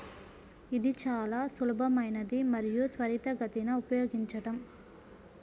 ఇది చాలా సులభమైనది మరియు త్వరితగతిన ఉపయోగించడం